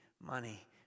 money